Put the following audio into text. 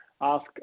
ask